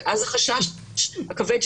ואז החשש הכבד,